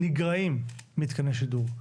נגרעים מתקני שידור,